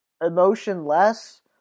emotionless